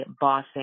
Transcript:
bossing